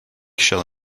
shall